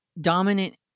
dominant